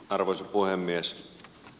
arvoisa puhemies